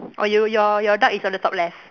oh you your your duck is on the top left